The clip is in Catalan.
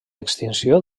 extinció